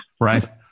Right